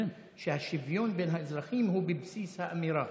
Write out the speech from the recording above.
השוויון בין האזרחים הוא בבסיס האמירה.